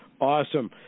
Awesome